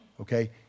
Okay